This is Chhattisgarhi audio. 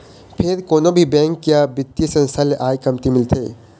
फेर कोनो भी बेंक या बित्तीय संस्था ल आय कमती मिलथे